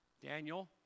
Daniel